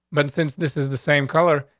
but since this is the same color,